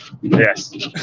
Yes